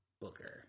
Booker